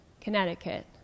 Connecticut